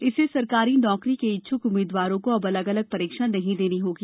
इससे सरकारी नौकरी के इच्छुक उम्मीदवारों को अब अलग अलग परीक्षा नहीं देनी होगी